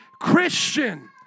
Christian